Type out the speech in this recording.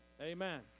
Amen